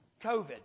COVID